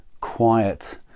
quiet